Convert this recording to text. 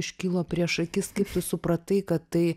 iškilo prieš akis kaip tu supratai kad tai